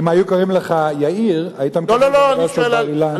אם היו קוראים לך יאיר היית מתקבל לאוניברסיטת בר-אילן.